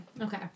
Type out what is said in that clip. Okay